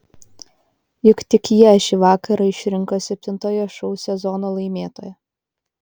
juk tik jie šį vakarą išrinko septintojo šou sezono laimėtoją